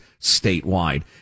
statewide